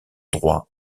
droit